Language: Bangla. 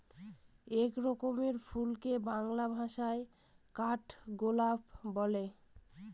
এক রকমের ফুলকে বাংলা ভাষায় কাঠগোলাপ বলে